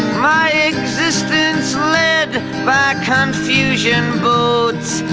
my existence led by confusion boats,